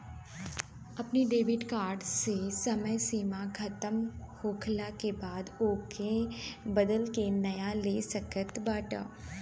अपनी debit card के समय सीमा खतम होखला के बाद ओके बदल के नया ले सकत बाटअ